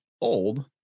old